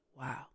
wow